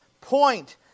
point